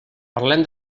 parlem